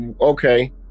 okay